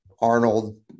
Arnold